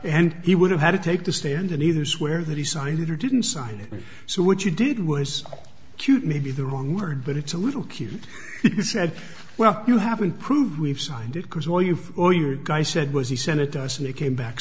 and he would have had to take the stand and either swear that he signed it or didn't sign it so what you did was cute maybe the wrong word but it's a little cute he said well you haven't proved we've signed it because all you for your guy said was he sent it to us and it came back